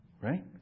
right